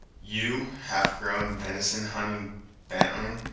you half-grown, venison-hunting bantling!